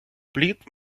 пліт